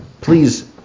please